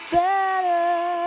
better